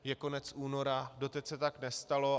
Je konec února, doteď se tak nestalo.